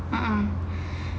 (uh huh)